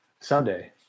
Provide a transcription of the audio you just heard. Someday